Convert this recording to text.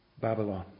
Babylon